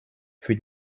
für